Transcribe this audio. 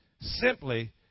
simply